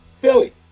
Philly